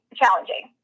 challenging